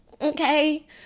Okay